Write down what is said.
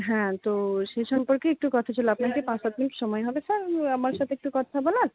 হ্যাঁ তো সে সম্পর্কে একটু কথা ছিল আপনার কি পাঁচ সাত মিনিট সময় হবে স্যার আমার সাথে একটু কথা বলার